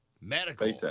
Medical